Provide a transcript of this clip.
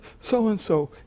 so-and-so